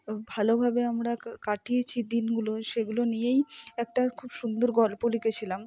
ভালোভাবে আমরা কাটিয়েছি দিনগুলো সেগুলো নিয়েই একটা খুব সুন্দর গল্প লিখেছিলাম